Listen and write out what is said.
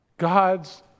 God's